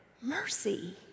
mercy